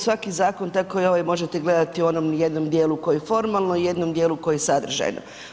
Svaki zakon tako i ovaj možete gledati u onom jednom djelu koji je formalno, jednom djelu koji je sadržajno.